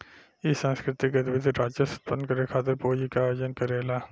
इ सांस्कृतिक गतिविधि राजस्व उत्पन्न करे खातिर पूंजी के आयोजन करेला